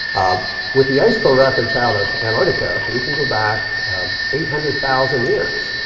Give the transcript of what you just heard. with the ice core records out of antarctica, we can go back eight hundred thousand years,